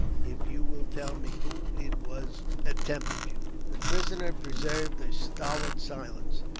if you will tell me who it was that tempted you. the prisoner preserved a stolid silence.